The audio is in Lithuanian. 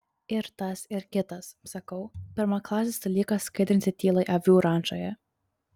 ir tas ir kitas sakau pirmaklasis dalykas skaidrinti tylai avių rančoje